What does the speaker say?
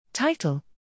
Title